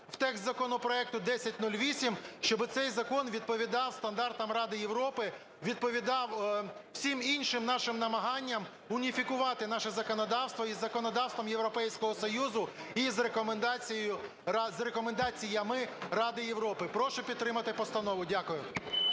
в текст законопроекту 1008, щоби цей закон відповідав стандартам Ради Європи, відповідав всім іншим нашим намаганням уніфікувати наше законодавство із законодавством Європейського Союзу і з рекомендацією… з рекомендаціями Ради Європи. Прошу підтримати постанову. Дякую.